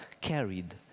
carried